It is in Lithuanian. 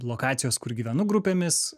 lokacijos kur gyvenu grupėmis